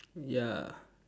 ya